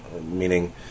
meaning